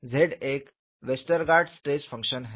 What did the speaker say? Z एक Westergaard stress function है